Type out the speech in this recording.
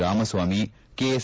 Ramaswamy KS